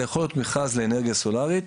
זה יכול להיות מכרז לאנרגיה סולארית,